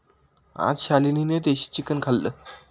आज शालिनीने देशी चिकन खाल्लं